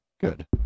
Good